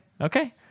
okay